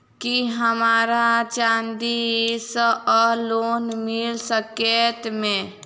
की हमरा चांदी सअ लोन मिल सकैत मे?